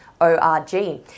ORG